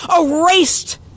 erased